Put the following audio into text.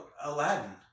Aladdin